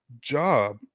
job